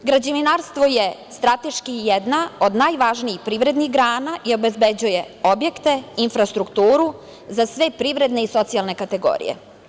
Građevinarstvo je strateški jedna od najvažnijih privrednih grana i obezbeđuje objekte, infrastrukturu za sve privredne i socijalne kategorije.